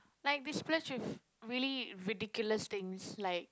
like they splurge with really ridiculous things like